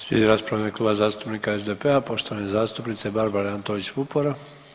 Slijedi rasprava u ime Kluba zastupnika SDP-a, poštovane zastupnice Barbare Antolić Vupora.